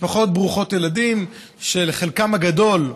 משפחות ברוכות ילדים שלחלקן הגדול,